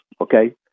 okay